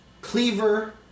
Cleaver